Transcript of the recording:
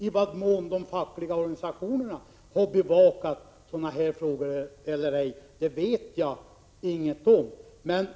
I vad mån de fackliga organisationerna har bevakat sådana här frågor eller ej känner jag inte till.